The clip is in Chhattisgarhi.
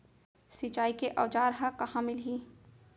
सिंचाई के औज़ार हा कहाँ मिलही?